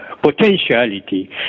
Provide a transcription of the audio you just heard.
potentiality